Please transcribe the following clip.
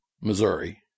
Missouri